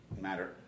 matter